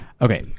Okay